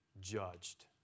judged